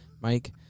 Mike